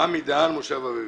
אני עמי דהן, מושב אביבים.